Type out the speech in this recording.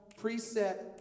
preset